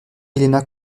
elena